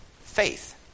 faith